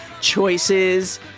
choices